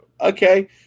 Okay